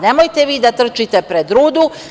Nemojte vi da trčite pred rudu.